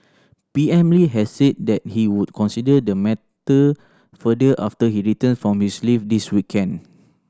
P M Lee has said that he would consider the matter further after he return from his leave this weekend